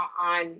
on